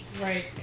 Right